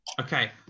Okay